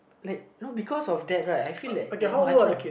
like you know because of that right I feel like like you know I cannot